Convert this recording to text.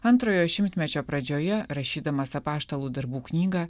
antrojo šimtmečio pradžioje rašydamas apaštalų darbų knygą